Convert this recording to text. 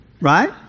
Right